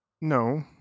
No